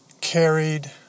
carried